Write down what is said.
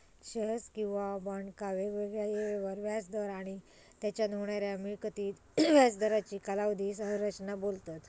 shares किंवा बॉन्डका वेगवेगळ्या येळेवर व्याज दर आणि तेच्यान होणाऱ्या मिळकतीक व्याज दरांची कालावधी संरचना बोलतत